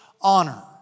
honor